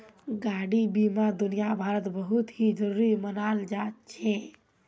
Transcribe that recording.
गाडी बीमा दुनियाभरत बहुत ही जरूरी मनाल जा छे